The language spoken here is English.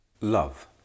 Love